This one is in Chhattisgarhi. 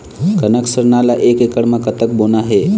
कनक सरना ला एक एकड़ म कतक बोना हे?